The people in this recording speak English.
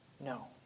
No